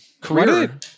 career